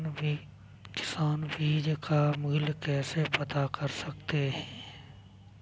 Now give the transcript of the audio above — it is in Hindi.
किसान बीज का मूल्य कैसे पता कर सकते हैं?